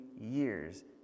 years